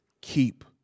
keep